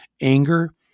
anger